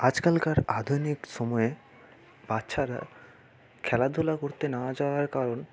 আজকালকার আধুনিক সময়ে বাচ্ছারা খেলাধুলা করতে না যাওয়ার কারণ